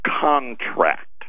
contract